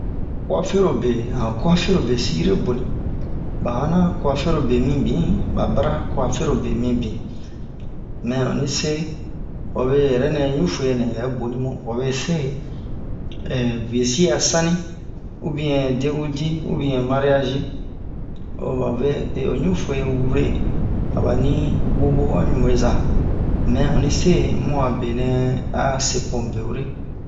uwafero be han kuafero be sire boni ba yana kuafero be mibin ba bara kuafero be mibin mɛn onni se wabe yɛrɛ nɛ ɲufu'e nɛ bɛ boni mu wabe se bie si a sani ubiɛn de'undi ubiɛn mariagi o ba vɛ he o ɲufu'e wure a bani bobo han ɲubeza mɛn onni se mu a benɛ a'a se po mu be wure ɲɲ